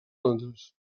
londres